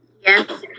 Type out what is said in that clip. Yes